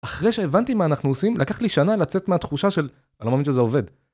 אחרי שהבנתי מה אנחנו עושים לקח לי שנה לצאת מהתחושה של: אני לא מאמין שזה עובד